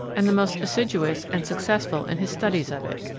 and the most assiduous and successful in his studies of it.